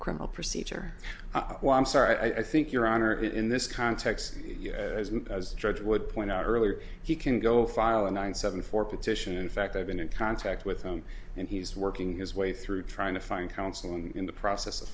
criminal procedure i'm sorry i think your honor it in this context as judge would point out earlier he can go file a nine seven four petition in fact i've been in contact with him and he's working his way through trying to find counsel in the process of